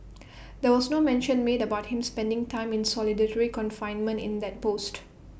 there was no mention made about him spending time in solitary confinement in that post